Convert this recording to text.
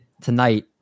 tonight